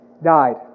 Died